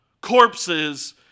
corpses